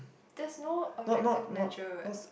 that's no objective measure